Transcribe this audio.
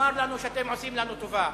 לומר לנו שאתם עושים לנו טובה.